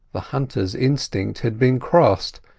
the hunter's instinct had been crossed,